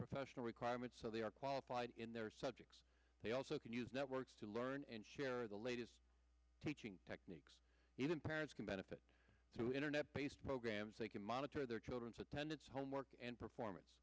professional requirements so they are qualified in their subjects they also can use networks to learn and share the latest teaching techniques even parents can benefit to internet based programs they can monitor their children's attendance homework and performance